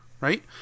right